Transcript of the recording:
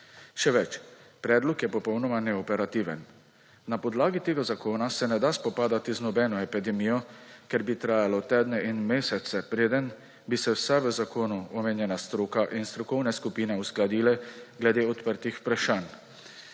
Še več, predlog je popolnoma neoperativen. Na podlagi tega zakona se ne da spopadati z nobeno epidemijo, ker bi trajalo tedne in mesece, preden bi se vsa v zakonu omenjena stroka in strokovne skupine uskladile glede odprtih vprašanj.